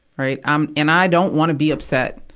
right? i'm, and i don't wanna be upset.